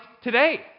today